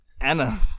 Anna